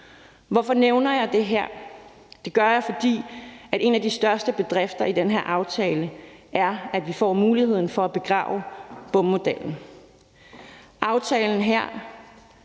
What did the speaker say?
Hvorfor nævner jeg det her? Det gør jeg, fordi en af de største bedrifter i den her aftale er, at vi får muligheden for at begrave BUM-modellen. Aftalen her,